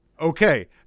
Okay